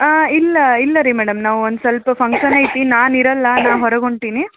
ಹಾಂ ಇಲ್ಲ ಇಲ್ಲ ರೀ ಮೇಡಮ್ ನಾವು ಒಂದು ಸ್ವಲ್ಪ ಫಂಕ್ಷನ್ ಐತಿ ನಾನು ಇರಲ್ಲ ನಾನು ಹೊರಗೆ ಹೊಂಟೀನಿ